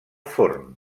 forn